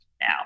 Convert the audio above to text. now